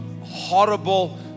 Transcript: horrible